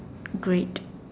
great